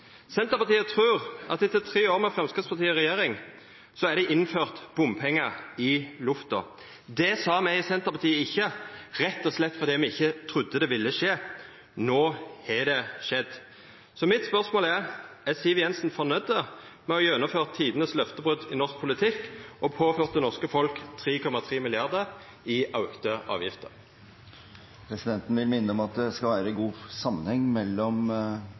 Senterpartiet trur at etter tre år med Framstegspartiet i regjering er det innført bompengar i lufta. Det sa me i Senterpartiet ikkje, rett og slett fordi me ikkje trudde det ville skje. No er det skjedd. Så mitt spørsmål er: Er Siv Jensen fornøgd med å ha gjennomført tidenes løftebrot i norsk politikk og ha påført det norske folk 3,3 mrd. kr i auka avgifter? Presidenten vil minne om at det skal være god sammenheng mellom